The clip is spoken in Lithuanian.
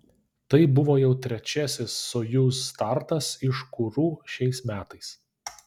tai buvo jau trečiasis sojuz startas iš kuru šiais metais